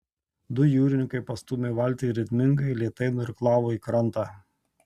du jūrininkai pastūmė valtį ir ritmingai lėtai nuirklavo į krantą